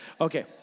Okay